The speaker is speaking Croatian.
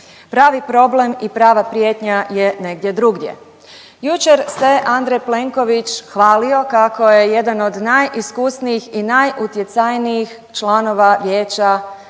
Pravi problem i prava prijetnja je negdje drugdje. Jučer se Andrej Plenković hvalio kako je jedan od najiskusnijih i najutjecajnijih članova vijeća,